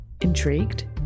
Intrigued